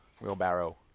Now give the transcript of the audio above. Wheelbarrow